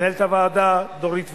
למנהלת הוועדה דורית ואג,